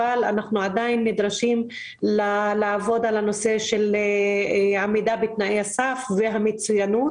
אבל אנחנו עדיין נדרשים לעבוד על הנושא של עמידה בתנאי הסף והמצוינות.